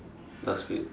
dustbin